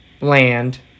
land